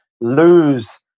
lose